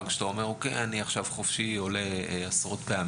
ילד בן 10 שיורד לצלילת היכרות צריך ביטוח או לא צריך ביטוח?